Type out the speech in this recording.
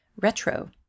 retro